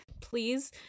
Please